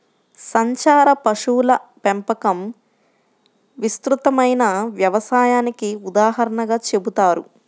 సంచార పశువుల పెంపకం విస్తృతమైన వ్యవసాయానికి ఉదాహరణగా చెబుతారు